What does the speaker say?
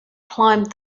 climbed